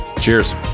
cheers